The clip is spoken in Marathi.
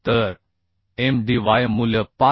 तर Mdy मूल्य 5